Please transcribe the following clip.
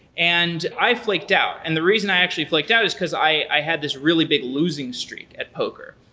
and i flicked out. and the reason i actually flicked out is because i had this really big losing streak at poker.